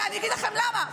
אני אגיד לכם למה.